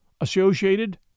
associated